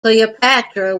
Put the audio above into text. cleopatra